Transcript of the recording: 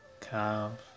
calf